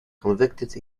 convicted